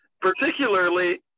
particularly